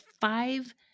five